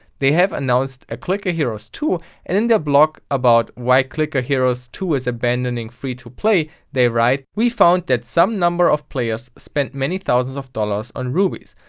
they have announced a clicker heroes two and in their blog about why clicker heroes two is abandoning free-to-play they write, that we found that some number of players spent many thousands of dollars on rubies.